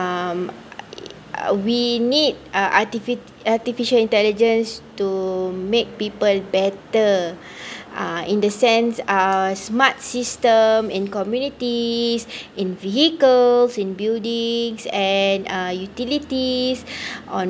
um err we need uh artific~ l artificial intelligence to make people better uh in the sense uh smart system and communities in vehicles in buildings and uh utilities on